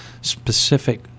specific